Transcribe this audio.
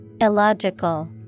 Illogical